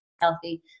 Healthy